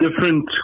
different